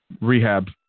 rehab